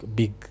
big